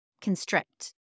constrict